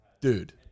Dude